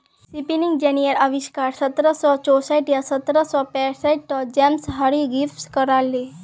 spinning जेनीर अविष्कार सत्रह सौ चौसठ या सत्रह सौ पैंसठ त जेम्स हारग्रीव्स करायले